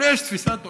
אבל יש תפיסת עולם,